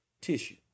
tissue